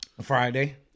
Friday